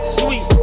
sweet